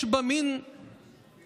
יש בה מן השחיתות.